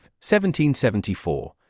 1774